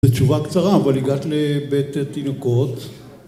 תשובה קצרה אבל הגעת לבית התינוקות